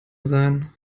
sein